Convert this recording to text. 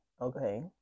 Okay